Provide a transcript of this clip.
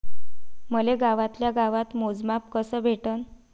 मले गावातल्या गावात मोजमाप कस भेटन?